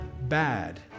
bad